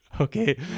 okay